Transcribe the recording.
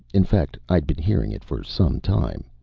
in fact, i'd been hearing it for some time.